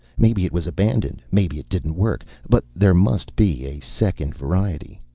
maybe it was abandoned. maybe it didn't work. but there must be a second variety.